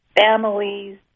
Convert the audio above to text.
families